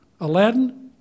Aladdin